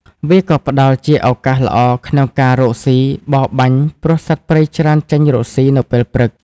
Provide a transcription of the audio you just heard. វាក៏ផ្ដល់ជាឱកាសល្អក្នុងការរកស៊ីបរបាញ់ព្រោះសត្វព្រៃច្រើនចេញរកស៊ីនៅពេលព្រឹក ដូច្នេះអ្នកបរបាញ់មានឱកាសច្រើនក្នុងការចាប់សត្វ ។